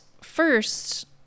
first